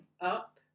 up